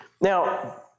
Now